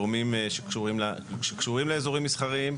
גורמים שקשורים לאיזורים מסחריים.